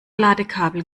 ladekabel